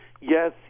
Yes